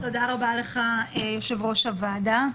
תודה רבה לך, יושב-ראש הוועדה,